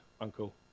uncle